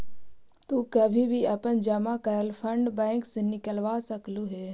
तु कभी अपना जमा करल फंड बैंक से निकलवा सकलू हे